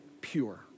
pure